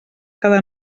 cada